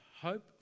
hope